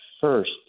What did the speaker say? first